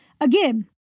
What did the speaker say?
Again